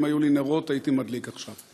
אם היו לי נרות הייתי מדליק עכשיו.